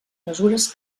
mesures